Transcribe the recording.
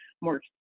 more